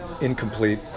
incomplete